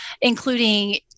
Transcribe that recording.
including